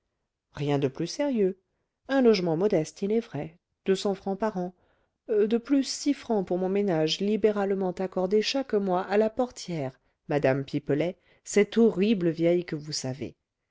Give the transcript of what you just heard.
rien de plus sérieux un logement modeste il est vrai deux cents francs par an de plus six francs pour mon ménage libéralement accordés chaque mois à la portière mme pipelet cette horrible vieille que vous savez